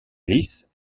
ellis